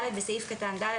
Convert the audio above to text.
בסעיף קטן (ד),